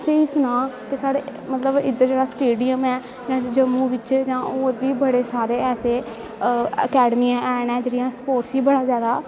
तुसें सनां कि साढ़े इद्धर जेह्ड़ा स्टेडियम ऐं जम्मू बिच्च जां होर बी बड़े सारे अकैडमियां हैन नै जेह्ड़ियां स्पोर्टस गी मता जादा